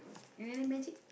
you want learn magic